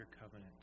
covenant